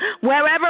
Wherever